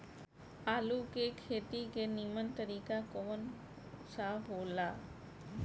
आलू के खेती के नीमन तरीका कवन सा हो ला?